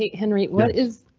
ah henry. what is?